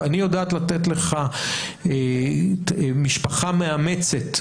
אני יודעת לתת לך משפחה מאמצת,